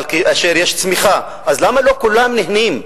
אבל כאשר יש צמיחה, למה לא כולם נהנים?